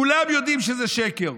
כולם יודעים שזה שקר,